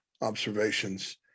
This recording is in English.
observations